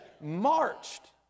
marched